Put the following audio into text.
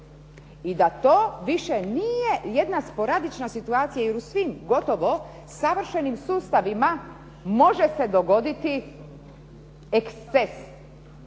I da to više nije jedna sporadična situacija, jer u svim gotovo savršenim sustavima može se dogoditi eksces.